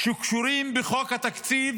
שקשורים בחוק התקציב